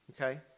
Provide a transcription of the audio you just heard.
okay